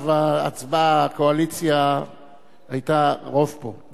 בשלב ההצבעה הקואליציה היתה רוב פה.